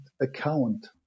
account